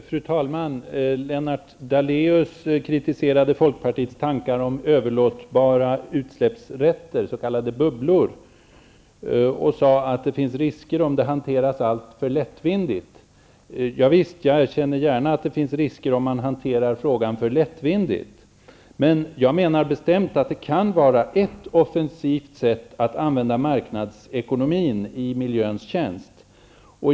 Fru talman! Lennart Daléus kritiserade folkpartiets tankar om överlåtbara utsläppsrätter, s.k. bubblor, och sade att det finns risker om de hanteras alltför lättvindigt. Ja visst, jag erkänner gärna att det finns risker om man hanterar frågan för lättvindigt. Men jag menar bestämt att det kan vara ett offensivt sätt att använda marknadsekonomin i miljöns tjänst.